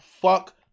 fuck